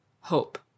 hope